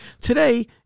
today